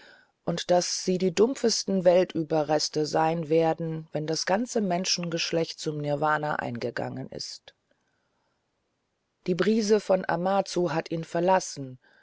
und daß sie die dumpfesten weltüberreste sein werden wenn das ganze menschengeschlecht zum nirwana eingegangen ist die brise von amazu hat ihn verlassen